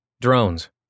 drones